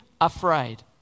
afraid